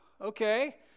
okay